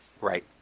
Right